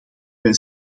wij